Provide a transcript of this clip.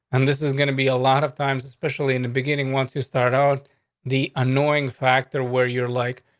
and this is gonna be a lot of times, especially in the beginning. once you start out the annoying factor where you're like